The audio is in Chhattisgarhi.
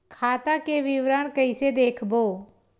खाता के विवरण कइसे देखबो?